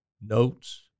notes